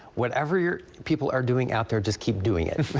whatever you people are doing out there just keep doing it.